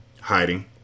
Hiding